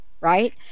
right